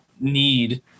need